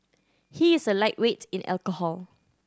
he is a lightweight in alcohol